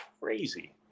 crazy